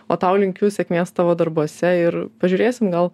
o tau linkiu sėkmės tavo darbuose ir pažiūrėsim gal